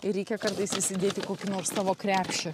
ir reikia kartais įsidėti kokį nors savo krepšį